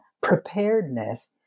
preparedness